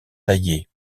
taillée